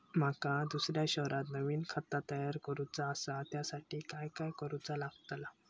माका दुसऱ्या शहरात नवीन खाता तयार करूचा असा त्याच्यासाठी काय काय करू चा लागात?